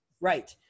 Right